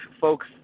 folks